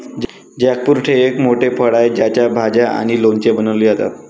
jackfruit हे एक मोठे फळ आहे ज्याच्या भाज्या आणि लोणचे बनवले जातात